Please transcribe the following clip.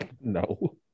No